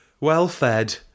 Well-fed